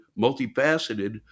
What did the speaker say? Multifaceted